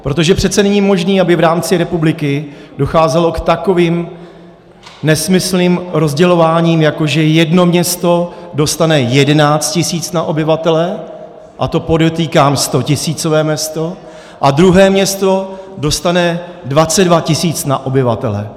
Protože přece není možné, aby v rámci republiky docházelo k takovým nesmyslným rozdělováním, jako že jedno město dostane 11 tisíc na obyvatele, a to podotýkám stotisícové město, a druhé město dostane 22 tisíc na obyvatele.